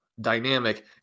dynamic